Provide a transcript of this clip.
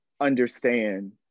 understand